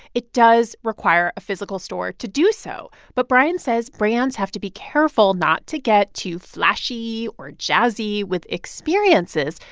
it does require a physical store to do so. but bryan says brands have to be careful not to get too flashy or jazzy with experiences,